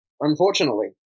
unfortunately